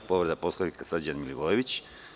Povreda Poslovnika, Srđan Milivojević.